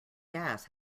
gas